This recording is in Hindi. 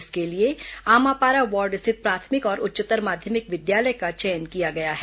इसके लिए आमापारा वार्ड स्थित प्राथमिक और उच्चतर माध्यमिक विद्यालय का चयन किया गया है